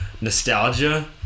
nostalgia